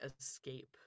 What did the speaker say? escape